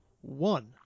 one